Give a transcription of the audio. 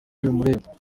bimureba